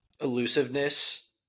Elusiveness